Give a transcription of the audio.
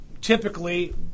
typically